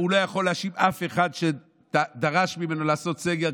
הוא לא יכול להאשים אף אחד שדרש ממנו לעשות סגר,